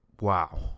wow